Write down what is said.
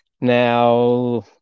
Now